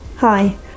Hi